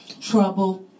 trouble